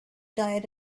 diet